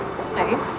safe